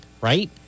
right